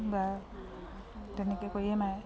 বা তেনেকৈ কৰিয়ে মায়